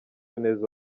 neza